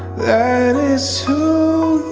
that is who